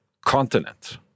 continent